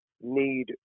need